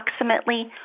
Approximately